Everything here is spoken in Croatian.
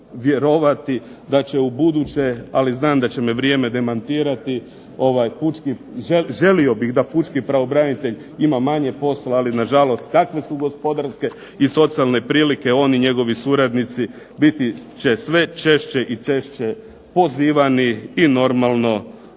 da će ubuduće, ali znam da će me vrijeme demantirati, želio bih da Pučki pravobranitelj ima manje posla, ali na žalost takve su gospodarske i socijalne prilike, on i njegovi suradnici biti će sve češće i češće pozivani i normalno u pojedinim